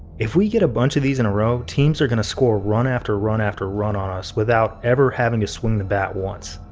if we get a bunch of these in a row, teams are gonna score run, after run, after run on us without ever having to swing the bat once.